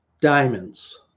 diamonds